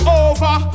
over